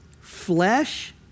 flesh